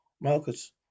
Marcus